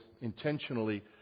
intentionally